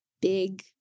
big